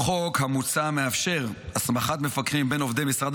החוק המוצע מאפשר הסמכת מפקחים בין עובדי משרד